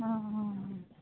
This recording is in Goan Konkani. आं